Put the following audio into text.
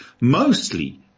Mostly